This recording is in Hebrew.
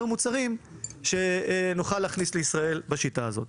מוצרים שנוכל להכניס לישראל בשיטה הזאת.